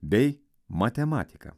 bei matematiką